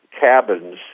cabins